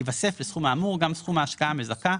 ייווסף לסכום האמור גם סכום ההשקעה המזכה,